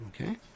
Okay